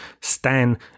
Stan